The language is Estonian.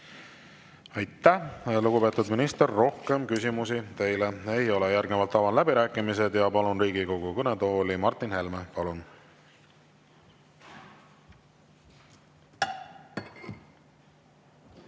Aitäh, lugupeetud minister! Rohkem küsimusi teile ei ole. Järgnevalt avan läbirääkimised ja palun Riigikogu kõnetooli Martin Helme. Palun!